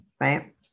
right